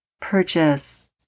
purchase